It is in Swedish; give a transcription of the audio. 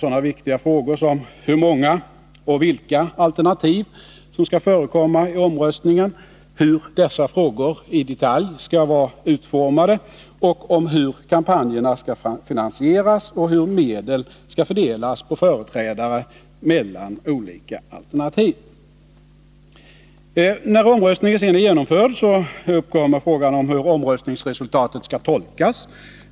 sådana viktiga frågor som hur många och vilka alternativ som skall få förekomma i omröstningen, hur dessa frågor i detalj skall vara utformade, hur kampanjerna skall finansieras och hur medlen skall fördelas på företrädare för olika alternativ. När omröstningen är genomförd så uppkommer frågan om hur omröstningsresultatet skall tolkas.